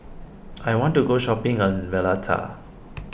I want to go shopping a Valletta